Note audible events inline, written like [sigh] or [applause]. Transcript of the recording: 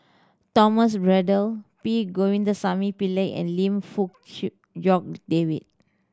Thomas Braddell P Govindasamy Pillai and Lim Fong [unintelligible] Jock David